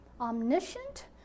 omniscient